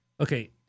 Okay